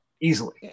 easily